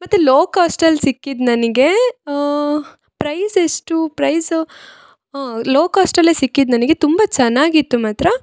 ಮತ್ತು ಲೋ ಕಾಸ್ಟಲ್ಲಿ ಸಿಕ್ಕಿದ್ದು ನನಗೆ ಪ್ರೈಸ್ ಎಷ್ಟು ಪ್ರೈಸು ಲೋ ಕಾಸ್ಟಲ್ಲೆ ಸಿಕ್ಕಿದ ನನಗೆ ತುಂಬ ಚೆನ್ನಾಗಿತ್ತು ಮಾತ್ರ